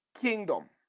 kingdom